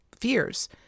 fears